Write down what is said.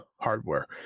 hardware